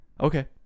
Okay